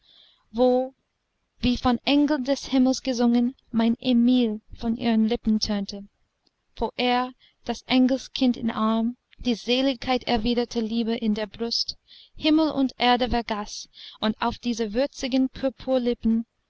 wo wie von engeln des himmels gesungen mein emil von ihren lippen tönte wo er das engelskind im arm die seligkeit erwiderter liebe in der brust himmel und erde vergaß und auf diese würzigen